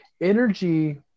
energy